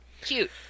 cute